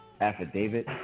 affidavit